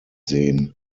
sehen